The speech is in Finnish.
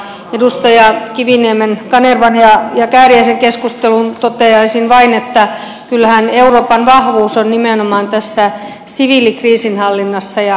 edustaja kiviniemen kanervan ja kääriäisen keskusteluun toteaisin vain että kyllähän euroopan vahvuus on nimenomaan tässä siviilikriisinhallinnassa ja diplomatiassa